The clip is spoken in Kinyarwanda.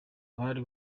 bari